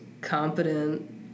competent